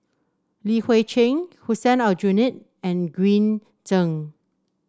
Li Hui Cheng Hussein Aljunied and Green Zeng